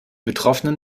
betroffenen